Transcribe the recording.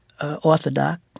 orthodox